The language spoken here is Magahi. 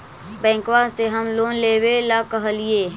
बैंकवा से हम लोन लेवेल कहलिऐ?